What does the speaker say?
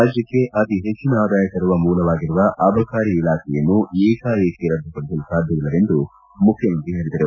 ರಾಜ್ಯಕ್ಷೆ ಅತಿ ಹೆಚ್ಚಿನ ಆದಾಯ ತರುವ ಮೂಲವಾಗಿರುವ ಅಬಕಾರಿ ಇಲಾಖೆಯನ್ನು ಏಕಾಏಕಿ ರದ್ದುಪಡಿಸಲು ಸಾಧ್ಯವಿಲ್ಲ ಎಂದು ಮುಖ್ಯಮಂತ್ರಿ ಹೇಳಿದರು